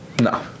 No